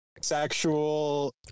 sexual